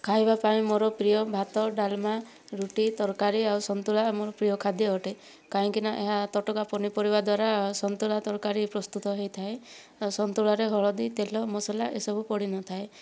ଖାଇବା ପାଇଁ ମୋର ପ୍ରିୟ ଭାତ ଡାଲମା ରୁଟି ତରକାରୀ ଆଉ ସନ୍ତୁଳା ମୋର ପ୍ରିୟ ଖାଦ୍ୟ ଅଟେ କାହିଁକିନା ଏହା ତଟକା ପନିପରିବା ଦ୍ଵାରା ସନ୍ତୁଳା ତରକାରୀ ପ୍ରସ୍ତୁତ ହୋଇଥାଏ ଆଉ ସନ୍ତୁଳାରେ ହଳଦୀ ତେଲ ମସଲା ଏ ସବୁ ପଡ଼ିନଥାଏ